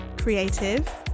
creative